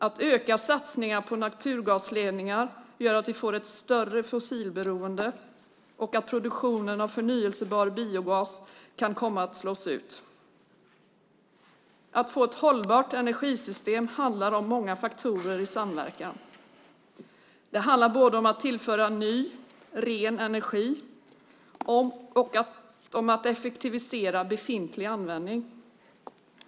Att öka satsningarna på naturgasledningar gör att vi får ett större fossilberoende och produktionen av förnybar biogas kan komma att slås ut. Att få ett hållbart energisystem handlar om många faktorer i samverkan. Det handlar om att både tillföra ny ren energi och effektivisera befintlig användning.